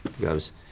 Goes